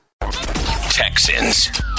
Texans